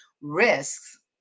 risks